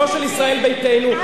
לא של ישראל ביתנו,